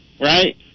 right